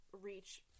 reach